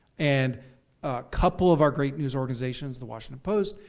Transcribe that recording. and a couple of our great news organizations, the washington post,